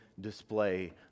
display